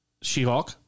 She-Hulk